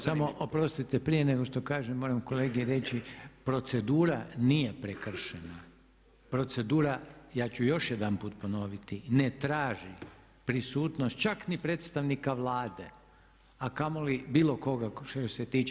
Samo, oprostite prije nego što kažem moram kolegi reći procedura nije prekršena, procedura, ja ću još jedanput ponoviti ne traži prisutnost čak ni predstavnika Vlade, a kamoli bilo koga što se tiče.